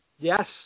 Yes